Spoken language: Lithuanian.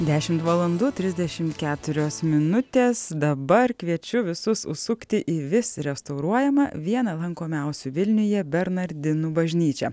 dešimt valandų trisdešimt keturios minutės dabar kviečiu visus užsukti į vis restauruojamą vieną lankomiausių vilniuje bernardinų bažnyčią